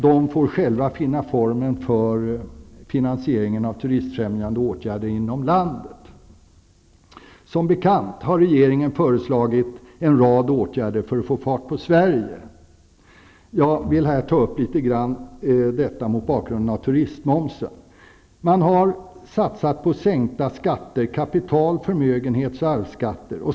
De får själva finna formen för finansieringen av turistfrämjande åtgärder inom landet. Som bekant har regeringen föreslagit en rad åtgärder för att få fart på Sverige. Jag vill här kommentera detta litet mot bakgrund av turistmomsen. Man har satsat på sänkt skatt på kapital, förmögenhet och arv.